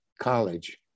college